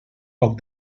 poc